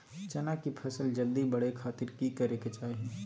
चना की फसल जल्दी बड़े खातिर की करे के चाही?